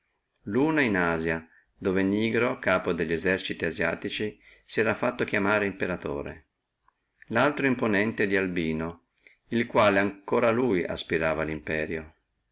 luna in asia dove nigro capo delli eserciti asiatici sera fatto chiamare imperatore e laltra in ponente dove era albino quale ancora lui aspirava allo imperio